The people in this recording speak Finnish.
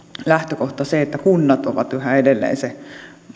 lähtökohta se että kunnat ovat yhä edelleen se